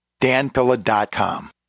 danpilla.com